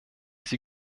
sie